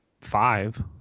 five